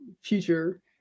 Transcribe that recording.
future